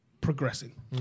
progressing